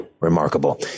Remarkable